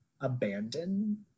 abandon